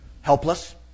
Helpless